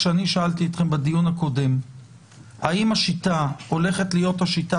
כשאני שאלתי אתכם בדיון הקודם האם השיטה הולכת להיות השיטה